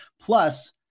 Plus